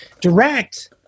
Direct